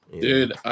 Dude